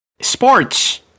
sports